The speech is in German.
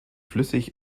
flüssig